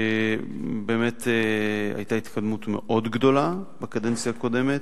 באמת היתה התקדמות מאוד גדולה בקדנציה הקודמת.